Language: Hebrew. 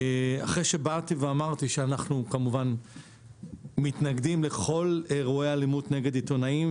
אחרי שאמרתי שאנחנו מתנגדים לכל אירועי האלימות נגד עיתונאים,